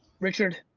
richard,